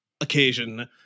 occasion